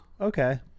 Okay